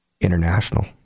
international